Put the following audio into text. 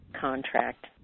contract